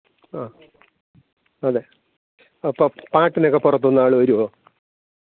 ആ അതെ അപ്പം പാട്ടിനൊക്കെ പുറത്തു നിന്നാൾ വരുമോ